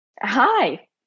Hi